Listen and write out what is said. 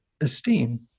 esteem